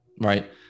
right